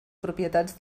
propietats